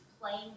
playing